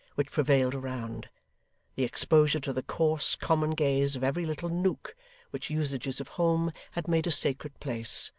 which prevailed around the exposure to the coarse, common gaze, of every little nook which usages of home had made a sacred place,